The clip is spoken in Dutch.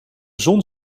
zon